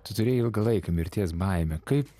tu turėjai ilgą laiką mirties baimę kaip